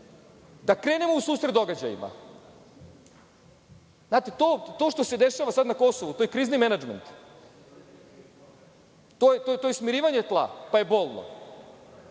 da krenemo u susret događajima. Znate, to što se sada dešava na Kosovu, to je krizni menadžment. To je smirivanje tla, pa je bolno.